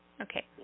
Okay